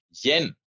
yen